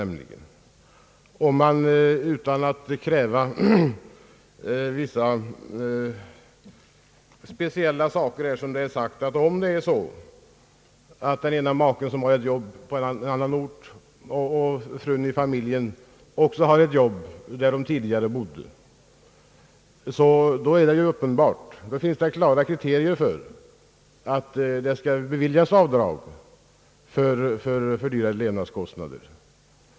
Man måste kräva vissa speciella betingelser, t.ex. att den ena maken arbetar på en annan ort medan den andra har arbete på den ort där de båda tidigare bodde. Då finns det uppenbarligen klara kriterier för att avdrag för fördyrade levnadskostnader skall beviljas.